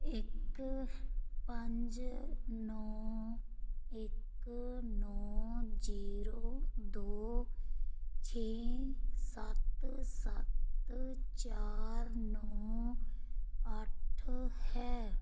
ਇੱਕ ਪੰਜ ਨੌਂ ਇੱਕ ਨੌਂ ਜ਼ੀਰੋ ਦੋ ਛੇ ਸੱਤ ਸੱਤ ਚਾਰ ਨੌਂ ਅੱਠ ਹੈ